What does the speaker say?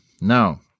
Now